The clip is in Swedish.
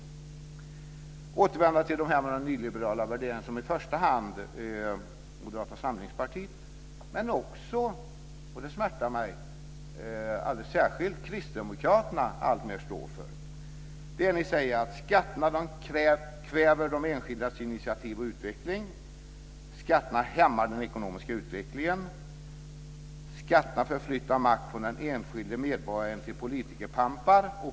Jag ska återkomma till detta med nyliberala värderingar som i första hand Moderata samlingspartiet, men också - och det smärtar mig alldeles särskilt - kristdemokraterna alltmer står för, dvs. att skatterna kväver de enskildas initiativ och utveckling, skatterna hämmar den ekonomiska utvecklingen, skatterna förflyttar makt från den enskilde medborgaren till politikerpampar.